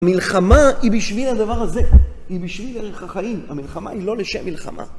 מלחמה היא בשביל הדבר הזה, היא בשביל החיים. המלחמה היא לא לשם מלחמה.